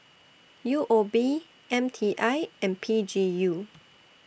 U O B M T I and P G U